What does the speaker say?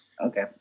Okay